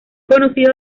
conocido